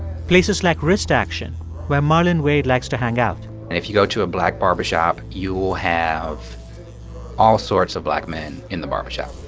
places like wrist action where marlon wade likes to hang out and if you go to a black barbershop, you will have all sorts of black men in the barbershop